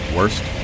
Worst